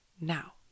now